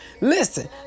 Listen